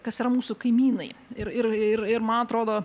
kas yra mūsų kaimynai ir ir ir man atrodo